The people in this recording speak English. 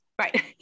Right